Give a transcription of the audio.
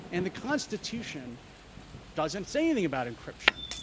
and the constitution doesn't say anything about encryption.